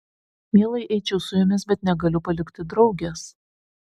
mielai eičiau su jumis bet negaliu palikti draugės